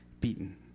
beaten